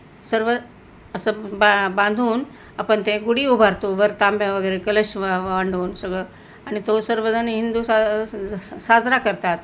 सर्व असं बा बांधून आपण ते गुढी उभारतो वर तांब्या वगैरे कलश व वाढवून सगळं आणि तो सर्वजण हिंदू सा साजरा करतात